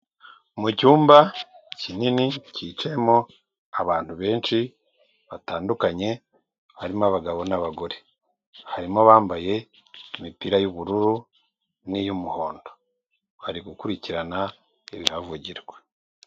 Mu cyumba kinini kicayemo abantu benshi batandukanye, harimo abagabo n'abagore. harimo abambaye imipira y'ubururu n'iy'umuhondo. Bari gukurikirana ibihavugirwa.